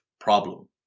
problem